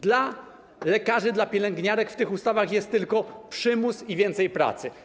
Dla lekarzy, dla pielęgniarek w tych ustawach jest tylko przymus i więcej pracy.